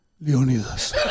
Leonidas